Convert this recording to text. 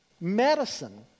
medicine